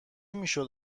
میشد